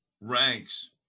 ranks